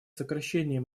сокращение